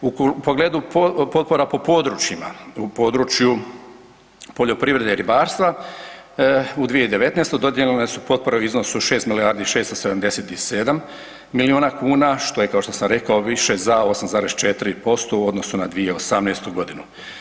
U pogledu potpora po područjima, u području poljoprivrede i ribarstva u 2019. dodijeljene su potpore u iznosu od 6 milijardi i 677 milijuna kuna što je kao što sam rekao više za 8,4% u odnosu na 2018. godinu.